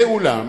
ואולם,